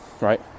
right